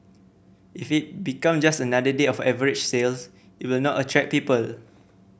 if it becomes just another day of average sales it will not attract people